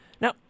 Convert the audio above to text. Now